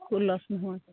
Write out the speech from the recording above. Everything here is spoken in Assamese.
একো লছ নহয়